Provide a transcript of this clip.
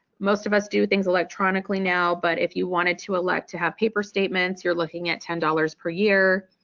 most of us do things electronically now but if you wanted to elect to have paper statements you're looking at ten dollars per year.